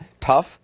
Tough